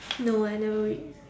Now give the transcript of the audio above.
no I never read